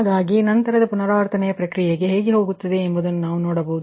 ಹಾಗಾಗಿ ನಂತರದ ಪುನರಾವರ್ತನೆಯ ಪ್ರಕ್ರಿಯೆಗೆ ಹೇಗೆ ಹೋಗುತ್ತದೆ ಎಂದು ನಾವು ನೋಡುಬಹುದು